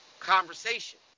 conversation